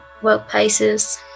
workplaces